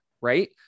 right